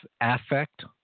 affect